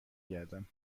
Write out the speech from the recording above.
گردم